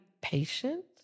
patient